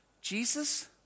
Jesus